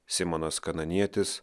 simonas kananietis